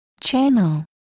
channel